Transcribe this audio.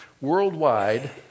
Worldwide